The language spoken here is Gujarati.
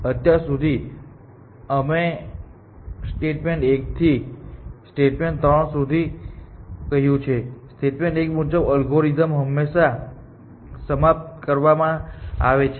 અત્યાર સુધી અમે સ્ટેટમેન્ટ 1 થી સ્ટેટમેન્ટ ૩ સુધી કહ્યું છે સ્ટેટમેન્ટ 1 મુજબ એલ્ગોરિધમ્સ હંમેશાં સમાપ્ત કરવામાં આવે છે